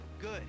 good